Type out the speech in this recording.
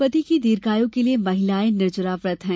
पति की दीर्घायू के लिए महिलायें निर्जला व्रत है